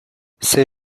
ces